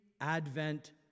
Advent